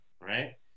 right